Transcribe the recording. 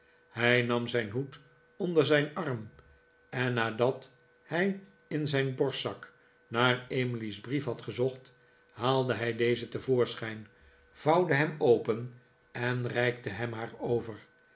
hij nam zijn hoed onder zijn arm en nadat hij in zijn borstzak naar emily's brief had gezocht haalde hij dezen te voorschijn vouwde hem open en reikte hem haar over